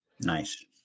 Nice